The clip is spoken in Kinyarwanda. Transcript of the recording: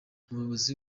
umuyobozi